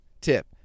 Tip